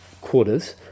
quarters